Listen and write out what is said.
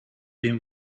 been